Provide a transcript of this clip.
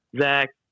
Zach